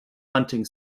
hunting